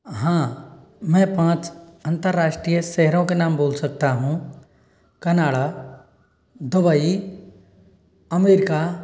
हाँ मैं पाँच अंतराष्ट्रीय शहरों के नाम बोल सकता हूँ कनाडा दुबई अमेरिका